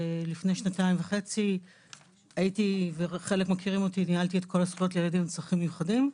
לפני שנתיים וחצי ניהלתי את קול הזכויות לילדים עם צרכים מיוחדים.